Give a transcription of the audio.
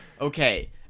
Okay